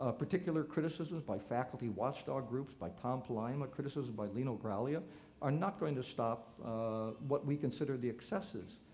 ah particular criticisms by faculty watchdog groups, by tom palaima, criticisms by lino graglia are not going to stop what we consider the excesses.